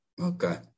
okay